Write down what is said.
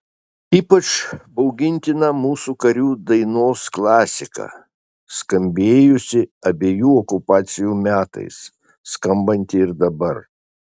ypač baugintina mūsų karių dainos klasika skambėjusi abiejų okupacijų metais skambanti ir dabar